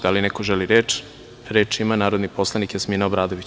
Da li neko želi reč? (Da) Reč ima narodni poslanik Jasmina Obradović.